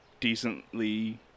decently